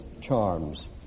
charms